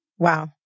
Wow